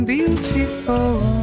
Beautiful